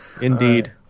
Indeed